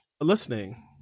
listening